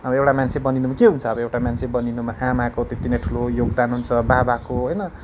अब एउटा मान्छे बनिनुमा के हुन्छ एब एउटा मान्छे बनिनुमा आमाको त्यति नै ठुलो योगदान हुन्छ बाबाको होइन